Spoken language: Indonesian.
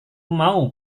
mau